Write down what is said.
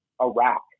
Iraq